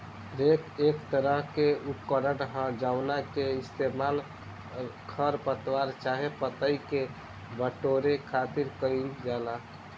rake एक तरह के उपकरण ह जावना के इस्तेमाल खर पतवार चाहे पतई के बटोरे खातिर कईल जाला